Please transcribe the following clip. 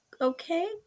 okay